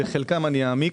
בחלקם אעמיק.